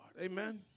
amen